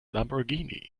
lamborghini